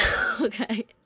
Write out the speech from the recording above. okay